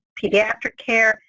pediatric care,